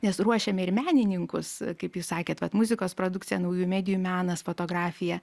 nes ruošiame ir menininkus kaip jūs sakėt vat muzikos produkcija naujųjų medijų menas fotografija